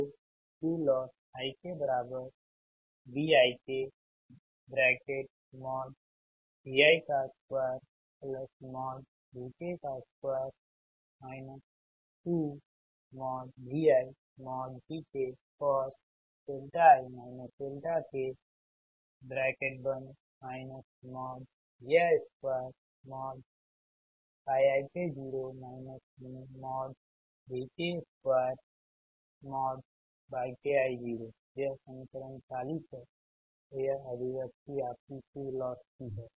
तो Qlossi k BikVi2Vk2 2ViVkcosi k Vi2yik 0 Vk2yki 0 यह समीकरण 40 है तो यह अभिव्यक्ति आपकी Q लॉस कि है